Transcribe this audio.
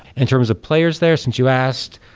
in terms of players there, since you asked,